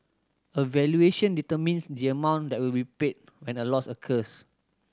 a valuation determines the amount that will be paid when a loss occurs